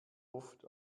oft